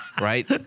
right